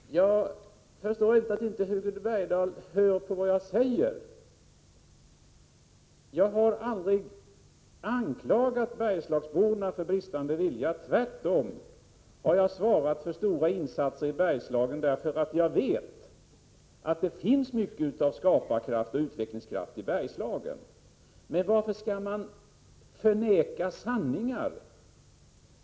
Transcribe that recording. Herr talman! Jag förstår inte att Hugo Bergdahl inte hör på vad jag säger. Jag har aldrig anklagat Bergslagsborna för bristande vilja. Jag har tvärtom svarat för stora insatser i Bergslagen därför att jag vet att det finns mycket av skaparkraft och utvecklingskraft i Bergslagen. Varför skall man förneka sanningar?